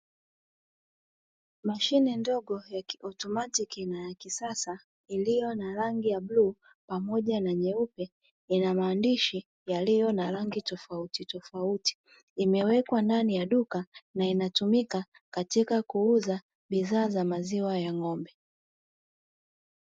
Mashine ndogo ya kiotomatiki na ya kisasa iliyo na rangi ya bluu pamoja na nyeupe, ina maandishi yaliyo na rangi tofautitofauti imewekwa ndani ya duka na inatumika katika kuuza bidhaa za maziwa ya ng'ombe.